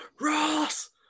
Ross